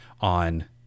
on